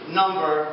number